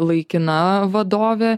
laikina vadovė